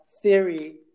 theory